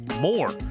more